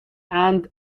and